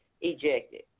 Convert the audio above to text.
ejected